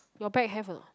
your bag have a not